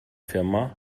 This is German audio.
firma